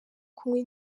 kunywa